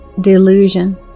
delusion